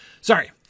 Sorry